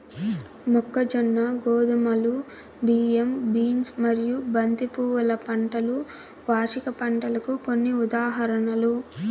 మొక్కజొన్న, గోధుమలు, బియ్యం, బీన్స్ మరియు బంతి పువ్వుల పంటలు వార్షిక పంటలకు కొన్ని ఉదాహరణలు